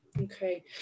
Okay